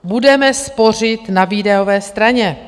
Budeme spořit na výdajové straně.